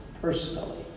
personally